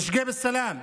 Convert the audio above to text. משגב שלום.